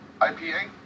IPA